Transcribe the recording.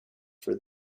for